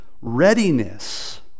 readiness